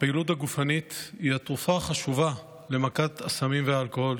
הפעילות הגופנית היא התרופה החשובה למכת הסמים והאלכוהול.